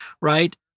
Right